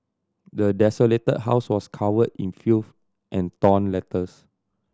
the desolated house was covered in filth and torn letters